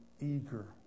eager